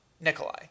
Nikolai